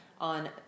on